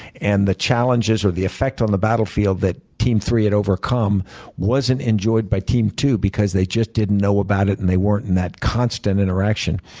and the challenges or the effect on the battlefield that team three had overcome wasn't enjoyed by team two because they just didn't know about it and they weren't in that constant interaction.